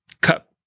cut